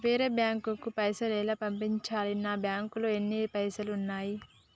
వేరే బ్యాంకుకు పైసలు ఎలా పంపించాలి? నా బ్యాంకులో ఎన్ని పైసలు ఉన్నాయి?